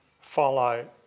follow